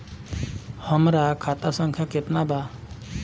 हमरा खाता संख्या केतना बा?